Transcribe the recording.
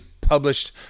published